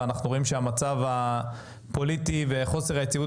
ואנחנו רואים שהמצב הפוליטי וחוסר היציבות